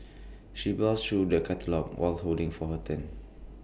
she browsed through the catalogues while holding for her turn